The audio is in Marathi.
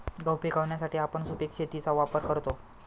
गहू पिकवण्यासाठी आपण सुपीक शेतीचा वापर करतो